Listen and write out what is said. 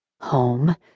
Home